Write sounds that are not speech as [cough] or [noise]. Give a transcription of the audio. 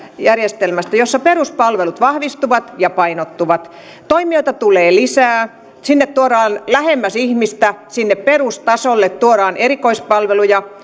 järjestelmästä jossa peruspalvelut vahvistuvat ja painottuvat toimijoita tulee lisää sinne tuodaan lähemmäs ihmistä sinne perustasolle erikoispalveluja [unintelligible]